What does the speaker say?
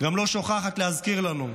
גם לא שוכחת להזכיר לנו,